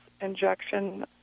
injection